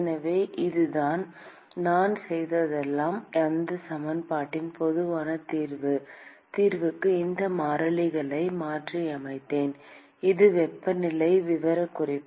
எனவே அதுதான் நான் செய்ததெல்லாம் அந்தச் சமன்பாட்டின் பொதுவான தீர்வுக்கு இந்த மாறிலிகளை மாற்றியமைத்தேன் இது வெப்பநிலை விவரக்குறிப்பு